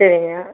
சரி